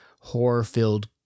horror-filled